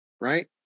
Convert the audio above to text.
right